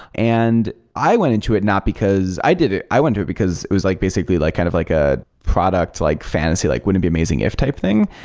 and i went into it not because i did it. i went to it because it was like basically like kind of like a product like fantasy, like wouldn't it be amazing if type thing.